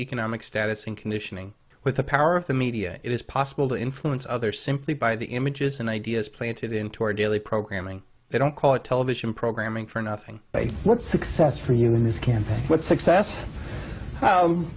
economic status and conditioning with the power of the media it is possible to influence others simply by the images and ideas planted into our daily programming they don't call it television programming for nothing what success for you in this campaign what success